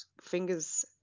fingers